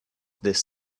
this